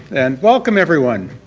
and welcome everyone.